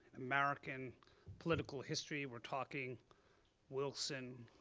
american political history. we're talking wilson,